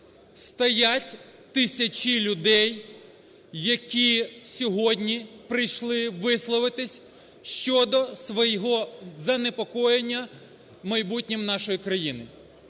стоять тисячі людей, які сьогодні прийшли висловитися щодо свого занепокоєння майбутнім нашої країни.